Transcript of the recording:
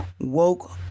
woke